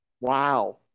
Wow